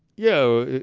yeah.